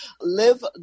Live